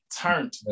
turned